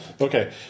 Okay